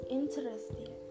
interesting